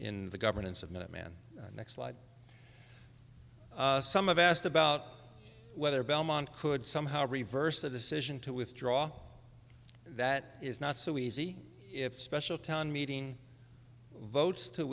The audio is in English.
the governance of minuteman next like some of asked about whether belmont could somehow reverse the decision to withdraw that is not so easy if special town meeting votes to